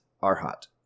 arhat